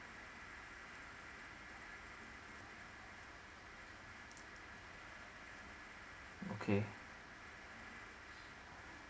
okay